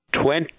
Twenty